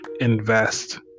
invest